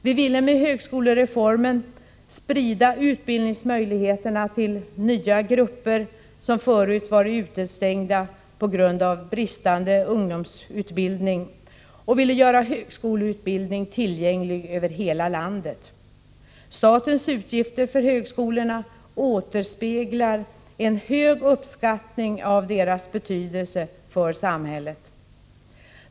Vi ville med högskolereformen sprida utbildningsmöjligheterna till nya grupper som förut varit utestängda på grund av bristande ungdomsutbildning, och vi ville göra högskoleutbildning tillgänglig över hela landet. Statens utgifter för högskolorna återspeglar en hög uppskattning av deras betydelse för samhället.